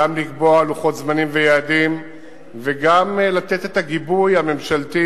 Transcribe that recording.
גם לקבוע לוחות זמנים ויעדים וגם לתת את הגיבוי הממשלתי